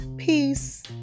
Peace